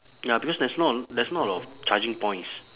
ya because there's not a there's not a lot of charging points